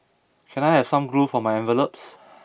can I have some glue for my envelopes